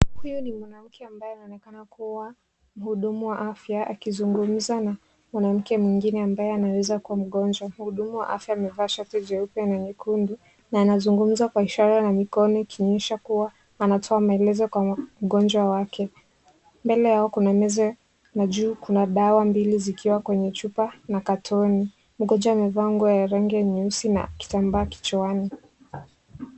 Huyu ni mwanamke ambaye anaonekana kuwa muhudumu wa afya akizungumza na mwanamke mwingine ambaye anaweza kuwa mgonjwa. Muhudumu wa afya amevaa shati jeupe na nyekundu na anazungumza kwa ishara ya mikono ikionyesha kuwa anatoa maelezo kwa mgonjwa wake. Mbele yao kuna meza na juu kuna dawa mbili zikiwa kwenye chupa na katoni. Mgonjwa amevaa nguo ya rangi nyeusi na kitambaa kichwani.